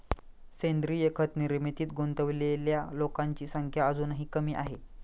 सेंद्रीय खत निर्मितीत गुंतलेल्या लोकांची संख्या अजूनही कमी आहे